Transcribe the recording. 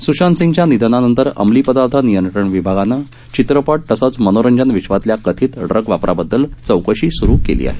सुशांत सिंगच्या निधनानंतर अमलीपदार्थ नियंत्रण विभागानं चित्रपट तसंच मनोरंजन विश्वातल्या कथित ड्रग वापराबद्दल चौकशी स्रु केली आहे